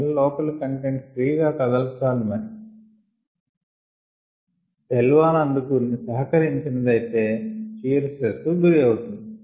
cell లోపలి content free గా కదలాల్సి ఉండి సెల్ వాల్ అందుకు సహకరించనిదైతే షియర్ స్ట్రెస్ కు గురి అవుతుంది